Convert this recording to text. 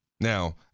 Now